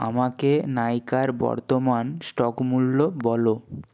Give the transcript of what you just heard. আমাকে নাইকার বর্তমান স্টক মূল্য বলো